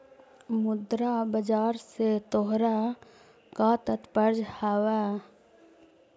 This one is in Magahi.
मुद्रा बाजार से तोहरा का तात्पर्य हवअ